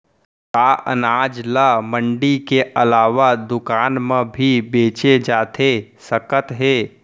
का अनाज ल मंडी के अलावा दुकान म भी बेचे जाथे सकत हे?